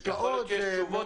יכול להיות שיש תשובות.